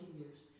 years